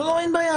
אין בעיה.